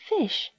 Fish